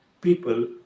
people